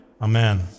Amen